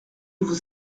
vous